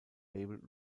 label